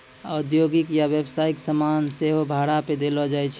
औद्योगिक या व्यवसायिक समान सेहो भाड़ा पे देलो जाय छै